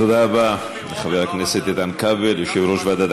תודה רבה לחבר הכנסת איתן כבל,